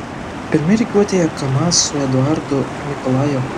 pirmi rikiuotėje kamaz su eduardu nikolajevu